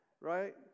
Right